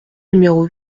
numéro